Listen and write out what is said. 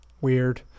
Weird